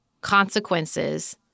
consequences